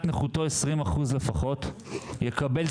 כולם יכולים לדבר, גם עידן קליינמן.